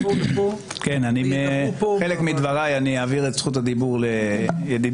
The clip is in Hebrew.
חלק מדבריי אני אעביר את זכות הדיבור לידידי,